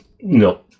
No